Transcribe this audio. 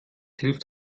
hilft